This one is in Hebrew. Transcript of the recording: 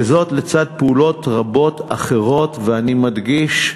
וזאת לצד פעולות רבות אחרות, ואני מדגיש,